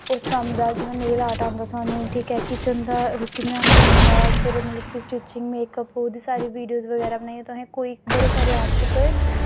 उस कम्म दा जियां मेन आर्ट आंदा सानूं ठीक ऐ किचन दा रुट्टी बनाना आंदा फिर मतलब कि स्टिचिंग मेकअप ओह्दी सारी वीडियो बगैरा बनाइयै तुसें बड़े सारे ऐप्स उप्पर